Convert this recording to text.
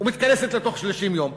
ומתכנסת לתוך 30 יום.